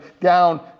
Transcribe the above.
down